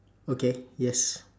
okay yes